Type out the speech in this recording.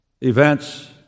events